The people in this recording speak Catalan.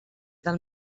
del